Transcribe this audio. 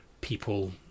people